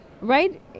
Right